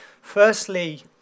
Firstly